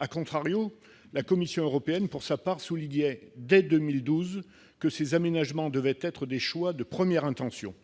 nécessaire., la Commission européenne a souligné, dès 2012, que ces aménagements devaient être des choix de première intention.